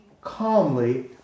calmly